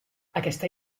aquesta